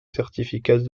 certificats